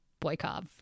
Boykov